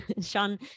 Sean